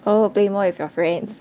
oh play more with your friends